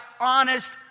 honest